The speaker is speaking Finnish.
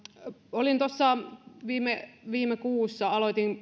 viime viime kuussa aloitin